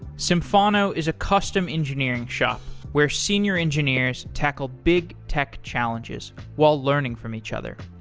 symphono is a custom engineering shop where senior engineers tackle big tech challenges while learning from each other.